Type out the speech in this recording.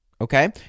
okay